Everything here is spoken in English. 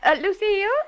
Lucille